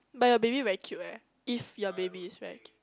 but your baby very cute eh if your baby is very cute